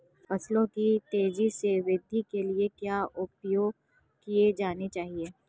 फसलों की तेज़ी से वृद्धि के लिए क्या उपाय किए जाने चाहिए?